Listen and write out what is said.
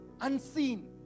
unseen